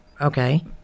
okay